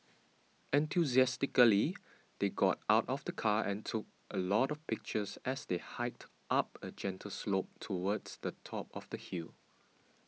enthusiastically they got out of the car and took a lot of pictures as they hiked up a gentle slope towards the top of the hill